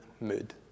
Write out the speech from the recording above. mood